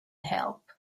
help